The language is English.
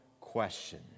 question